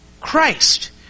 Christ